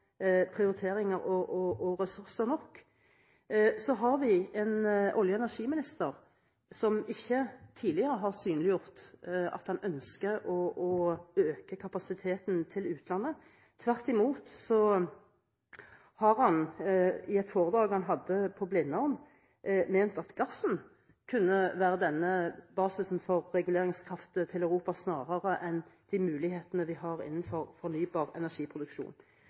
prioriteringer og ressurser nok. Vi har en olje- og energiminister som ikke tidligere har synliggjort at han ønsker å øke kapasiteten til utlandet, tvert imot har han i et foredrag han holdt på Blindern, ment at gassen kunne være denne basisen for reguleringskraft til Europa, snarere enn de mulighetene vi har innenfor fornybar energiproduksjon.